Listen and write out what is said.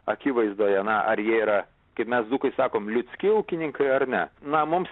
akivaizdoje na ar jie yra kaip mes dzūkai sakom liucki ūkininkai ar ne na mums